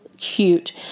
Cute